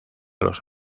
los